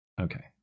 okay